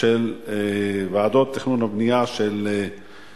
של ועדות תכנון ובנייה שמאושרת,